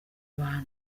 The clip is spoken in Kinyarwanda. bantu